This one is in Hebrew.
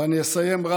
ואני אסיים רק: